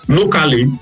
locally